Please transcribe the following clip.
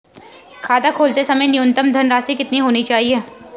खाता खोलते समय न्यूनतम धनराशि कितनी होनी चाहिए?